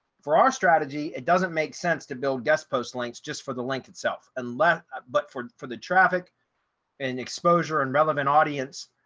for our strategy. it doesn't make sense to build guest post links just for the link itself and let but for for the traffic and exposure and relevant audience,